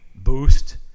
boost